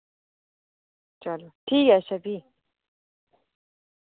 चलो ठीक ऐ अच्छा फ्ही